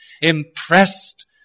Impressed